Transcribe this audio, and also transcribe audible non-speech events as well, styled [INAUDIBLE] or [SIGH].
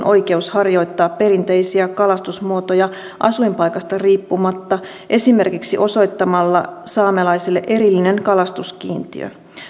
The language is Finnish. [UNINTELLIGIBLE] oikeus harjoittaa perinteisiä kalastusmuotoja asuinpaikasta riippumatta esimerkiksi osoittamalla saamelaisille erillinen kalastuskiintiö